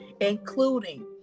including